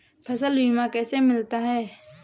फसल बीमा कैसे मिलता है?